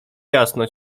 jasno